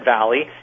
Valley